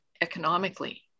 economically